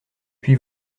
puis